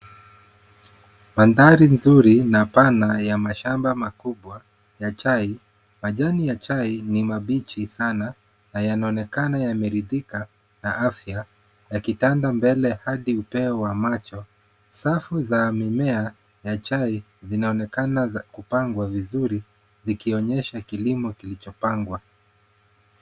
Mandhari nzuri na pana ya mashamba makubwa ya chai. Majani ya chai ni mabichi sana na yanaonekana yameridhika kwa afya, yakitanda mbele hadi upeo wa macho. Safu za mimea ya chai zinaonekana kupangwa vizuri zikionyesha kilimo kilichopangwa.